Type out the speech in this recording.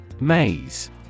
Maze